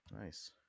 Nice